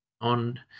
on